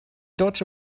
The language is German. deutsche